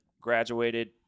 Graduated